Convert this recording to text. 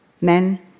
Men